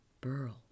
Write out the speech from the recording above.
Burl